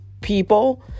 people